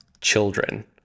children